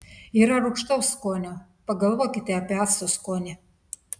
yra rūgštaus skonio pagalvokite apie acto skonį